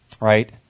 right